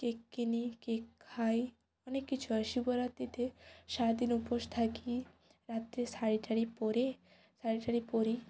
cake কিনি cake খাই অনেক কিছু হয় শিবরাত্রিতে সারাদিন উপোস থাকি রাত্রে শাড়ি ঠাড়ি পরে শাড়ি ঠাড়ি পরি